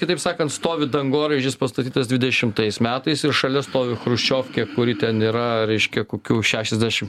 kitaip sakant stovi dangoraižis pastatytas dvidešimtais metais ir šalia stovi chruščiovkė kuri ten yra reiškia kokių šešiasdešim